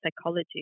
psychology